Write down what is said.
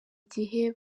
igihe